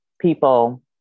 people